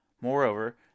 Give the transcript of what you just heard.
Moreover